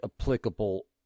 applicable